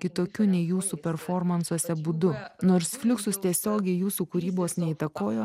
kitokiu nei jūsų performansuose būdu nors fliuksus tiesiogiai jūsų kūrybos neįtakojo